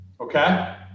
okay